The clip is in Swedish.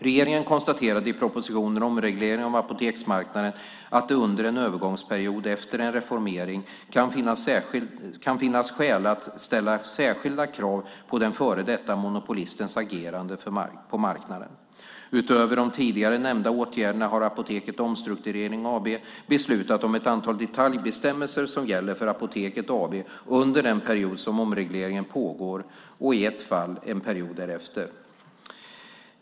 Regeringen konstaterade i propositionen Omreglering av apoteksmarknaden att det under en övergångsperiod efter en reformering kan finnas skäl att ställa särskilda krav på den före detta monopolistens agerande på marknaden. Utöver de tidigare nämnda åtgärderna har Apoteket Omstrukturering AB beslutat om ett antal detaljbestämmelser som gäller för Apoteket AB under den period som omregleringen pågår och i ett fall en period därefter.